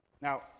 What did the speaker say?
Now